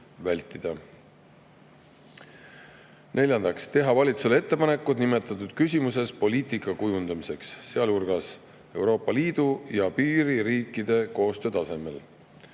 neljandaks, teha valitsusele ettepanekud nimetatud küsimuses poliitika kujundamiseks, sealhulgas Euroopa Liidu ja piiririikide koostöö tasemel.